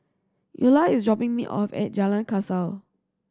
Eola is dropping me off at Jalan Kasau